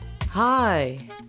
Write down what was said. Hi